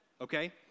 okay